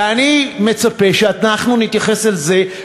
ואני מצפה שאנחנו נתייחס לזה,